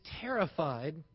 terrified